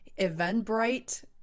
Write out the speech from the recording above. Eventbrite